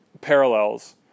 parallels